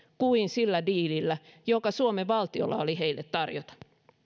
kuin sillä diilillä joka suomen valtiolla oli heille tarjota